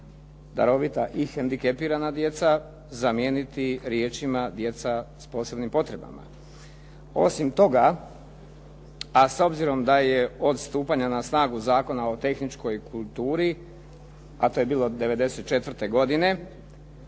“darovita i hendikepirana djeca“ zamijeniti riječima “djeca s posebnim potrebama“. Osim toga, a s obzirom da je od stupanja na snagu Zakona o tehničkoj kulturi a to je bilo '94. godine